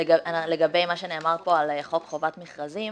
לגבי מה שנאמר פה על חוק חובת מכרזים,